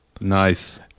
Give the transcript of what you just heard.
Nice